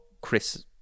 Chris